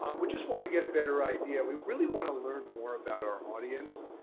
um we just want to get a better idea. we really want to learn more about our audience.